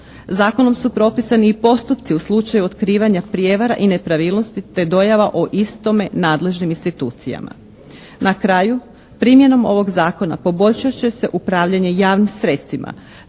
Zakonom su propisani i postupci u slučaju otkrivanja prijevara i nepravilnosti, te dojava o istome nadležnim institucijama. Na kraju, primjenom ovog zakona poboljšat će se upravljanje javnim sredstvima,